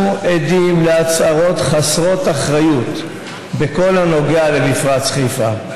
אנחנו עדים להצהרות חסרות אחריות בכל הנוגע למפרץ חיפה.